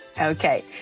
okay